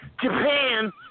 Japan